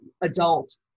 adult